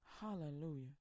hallelujah